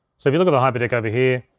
so if you look at the hyperdeck over here,